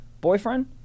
boyfriend